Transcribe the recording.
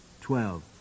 Twelve